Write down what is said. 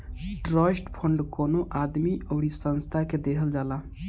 trust fund कवनो आदमी अउरी संस्था के देहल जाला